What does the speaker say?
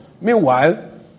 Meanwhile